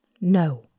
No